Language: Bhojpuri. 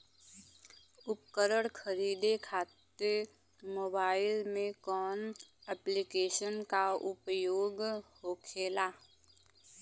उपकरण खरीदे खाते मोबाइल में कौन ऐप्लिकेशन का उपयोग होखेला?